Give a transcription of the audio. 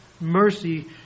mercy